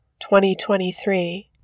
2023